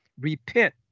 Repent